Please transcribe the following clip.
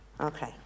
Okay